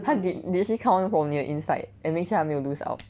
它 did did she come from 你的 inside and make sure 它没有 lose out